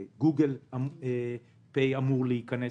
גם Google pay אמור להיכנס.